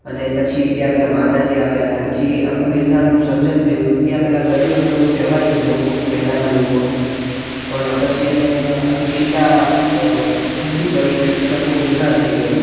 અને પછી ત્યાં પેલા માતાજી આવ્યા ને પાછી આખું ગિરનારનું સર્જન થયું તું ત્યાં પહેલાં દરિયો હતો એવું કહેવાય છે લોકોનું પહેલાંના લોકોનું પણ પછી અહીંયા એક શીલા ધસી પડી અને પછી આખું ગિરનાર થઈ ગયો